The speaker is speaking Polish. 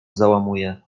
załamuje